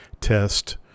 test